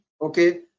okay